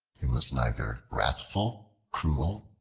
he was neither wrathful, cruel,